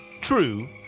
True